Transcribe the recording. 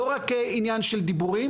לא רק עניין של דיבורים.